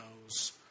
knows